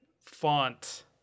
font